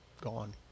gone